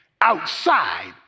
Outside